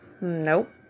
Nope